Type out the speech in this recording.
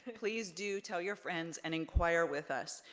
please do tell your friends and inquire with us.